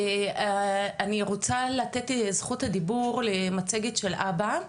אני רוצה לתת את זכות הדיבור למצגת של א.ב.א,